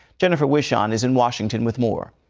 jennifer wish on is in washington with more.